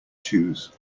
choose